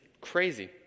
crazy